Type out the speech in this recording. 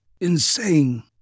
insane